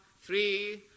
three